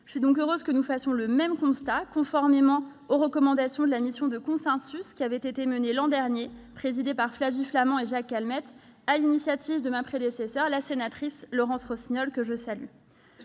Je suis donc heureuse que nous fassions le même constat, conformément aux recommandations de la mission de consensus menée l'an dernier, sous la direction de Flavie Flament et de Jacques Calmettes, sur l'initiative de ma prédécesseure, la sénatrice Laurence Rossignol, que je salue.